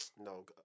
No